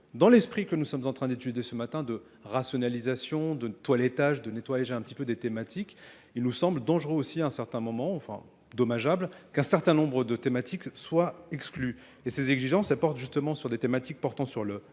dans l'esprit que nous sommes en train d'étudier ce matin de rationalisation, de toilettage, de nettoyager un petit peu des thématiques. Il nous semble dangereux aussi à un certain moment, enfin dommageable, qu'un certain nombre de thématiques soient exclus. Et ces exigences portent justement sur des thématiques portant sur le